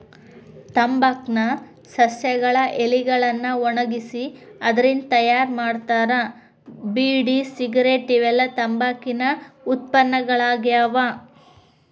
ತಂಬಾಕ್ ನ ಸಸ್ಯಗಳ ಎಲಿಗಳನ್ನ ಒಣಗಿಸಿ ಅದ್ರಿಂದ ತಯಾರ್ ಮಾಡ್ತಾರ ಬೇಡಿ ಸಿಗರೇಟ್ ಇವೆಲ್ಲ ತಂಬಾಕಿನ ಉತ್ಪನ್ನಗಳಾಗ್ಯಾವ